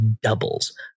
doubles